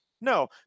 no